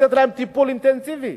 ולתת להם טיפול אינטנסיבי.